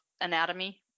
anatomy